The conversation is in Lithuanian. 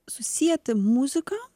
susieti muziką